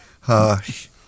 Hush